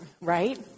right